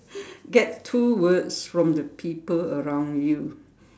get two words from the people around you